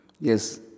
Yes